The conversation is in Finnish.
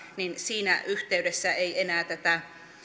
niin siinä yhteydessä ei enää tätä